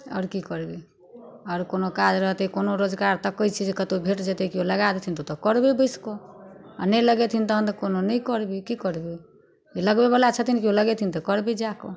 आओर कि करबै आओर कोनो काज रहतै कोनो रोजगार तकै छी जे कतौ भेट जेतै केओ लगा देथिन तऽ ओतऽ करबै बैसिकऽ आओर नहि लगेथिन तहन तऽ कोनो नहि करबै कि करबै लगबैवला छथिन केओ लगेथिन तऽ करबै जाकऽ